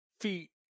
feet